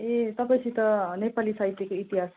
ए तपाईँसित नेपाली साहित्यको इतिहास